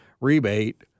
rebate